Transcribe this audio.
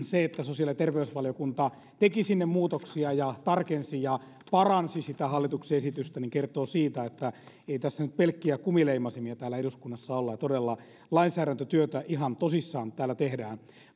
se että sosiaali ja terveysvaliokunta teki sinne muutoksia ja tarkensi ja paransi sitä hallituksen esitystä kertoo myöskin siitä että ei tässä nyt pelkkiä kumileimasimia täällä eduskunnassa olla ja todella lainsäädäntötyötä ihan tosissaan täällä tehdään